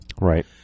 right